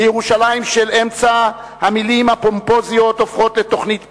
בירושלים של אמצע המלים הפומפוזיות הופכות לתוכנית פעולה.